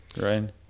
right